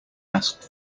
asked